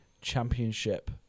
Championship